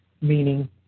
meaning